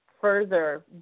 further